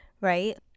Right